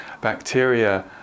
bacteria